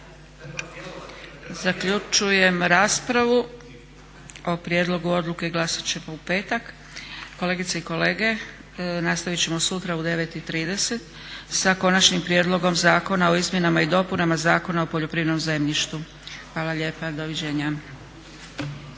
Zaključujem raspravu. O prijedlogu odluke glasat ćemo u petak. Kolegice i kolege, nastavit ćemo sutra u 9,30 sa Konačnim prijedlogom zakona o izmjenama i dopunama Zakona o poljoprivrednom zemljištu. Hvala lijepo. Doviđenja.